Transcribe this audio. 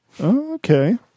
Okay